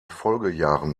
folgejahren